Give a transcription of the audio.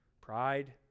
Pride